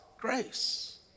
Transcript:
grace